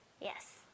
Yes